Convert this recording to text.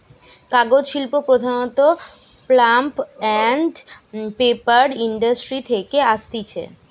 কাগজ শিল্প প্রধানত পাল্প আন্ড পেপার ইন্ডাস্ট্রি থেকে আসতিছে